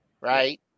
right